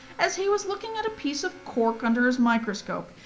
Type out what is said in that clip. as he was looking at a piece of cork under his microscope,